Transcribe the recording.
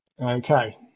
Okay